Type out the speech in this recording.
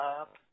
up